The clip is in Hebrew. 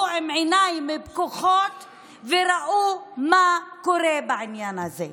עם עיניים פקוחות וראו מה קורה בעניין הזה.